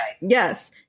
Yes